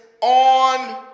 on